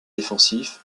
défensif